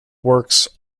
works